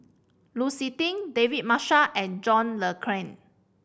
Lu Suitin David Marshall and John Le Cain